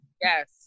Yes